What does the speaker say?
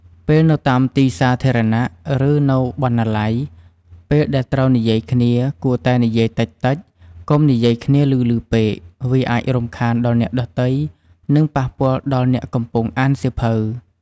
ពេលនៅតាមទីសាធារណៈ ឬ នៅបណ្តាល័យ ពេលដែលត្រូវនិយាយគ្នា គួរតែនិយាយតិចៗ កុំនិយាយគ្នាឮៗពេក វាអាចរំខានដល់អ្នកដទៃ និង ប៉ះពាល់ដល់អ្នកកំពុងអានសៀវភៅ។